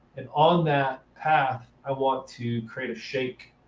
and on that path, i want to create a shake.